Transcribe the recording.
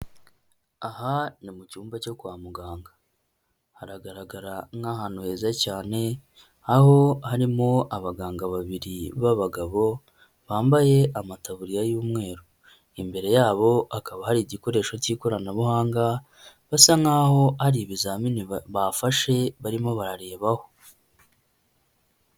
Aha ni mu cyumba cyo kwa muganga, haragaragara nk'ahantu heza cyane aho harimo abaganga babiri b'abagabo bambaye amataburiya y'umweru imbere yabo hakaba hari igikoresho cy'ikoranabuhanga basa nk'aho ari ibizamini bafashe barimo bararebaho.